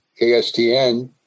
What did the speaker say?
KSTN